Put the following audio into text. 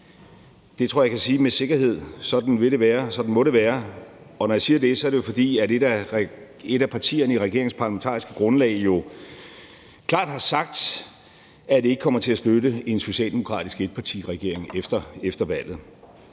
det tror jeg at jeg kan sige med sikkerhed. Sådan vil det være, sådan må det være. Når jeg siger det, er det jo, fordi et af partierne i regeringens parlamentariske grundlag klart har sagt, at det ikke kommer til at støtte en socialdemokratisk etpartiregering efter valget.